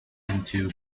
into